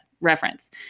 reference